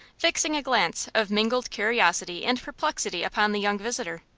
fixing a glance of mingled curiosity and perplexity upon the young visitor.